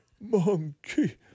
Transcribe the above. Monkey